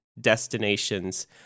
destinations